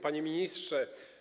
Panie Ministrze!